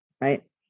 right